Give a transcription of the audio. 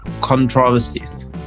controversies